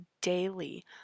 daily